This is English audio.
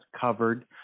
covered